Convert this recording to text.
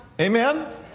Amen